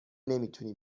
نمیتونی